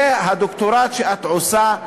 זה הדוקטורט שאת עושה,